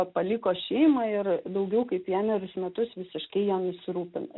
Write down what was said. paliko šeimą ir daugiau kaip vienerius metus visiškai ja nesirūpina